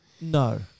No